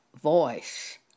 Voice